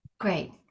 Great